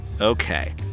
Okay